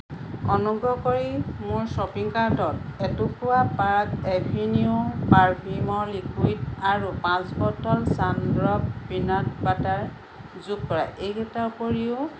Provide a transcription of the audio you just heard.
অনুগ্ৰহ কৰি মোৰ শ্বপিং কাৰ্টত এটুকুৰা পাৰ্ক এভেনিউ পাৰফিউমৰ লিকুইড আৰু পাঁচ বটল ছানড্ৰ'প পিনাট বাটাৰ যোগ কৰা এইকেইটাৰ উপৰিও